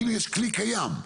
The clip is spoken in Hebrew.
הנה, יש כלי קיים,